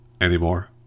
anymore